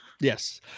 Yes